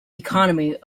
economy